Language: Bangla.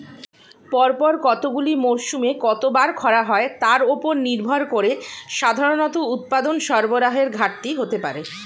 পরপর কতগুলি মরসুমে কতবার খরা হয় তার উপর নির্ভর করে সাধারণত উৎপাদন সরবরাহের ঘাটতি হতে পারে